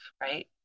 right